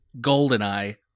GoldenEye